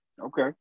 Okay